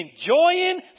enjoying